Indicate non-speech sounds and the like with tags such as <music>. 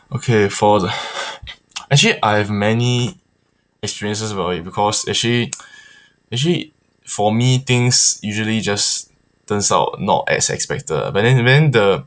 okay for the <breath> actually I have many experiences about it because actually <noise> actually for me things usually just turns out not as expected but then and then the